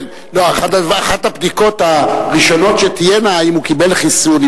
אחת הבדיקות הראשונות שתהיה היא אם הוא קיבל חיסון,